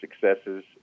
successes